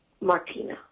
Martina